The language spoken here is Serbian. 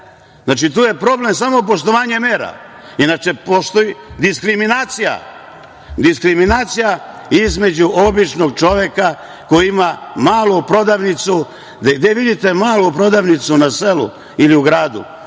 Znači, tu je problem samo poštovanje mera. Inače, postoji diskriminacija između običnog čoveka koji ima malu prodavnicu. Gde vidite malu prodavnicu u selu ili u gradu,